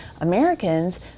Americans